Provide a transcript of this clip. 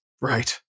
Right